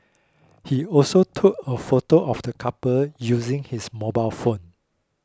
he also took a photo of the couple using his mobile phone